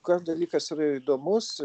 ką dalykas yra įdomus